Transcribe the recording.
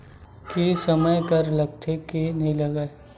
के समय कर लगथे के नइ लगय?